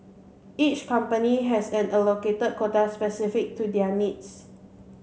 each company has an allocated quota specific to their needs